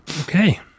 okay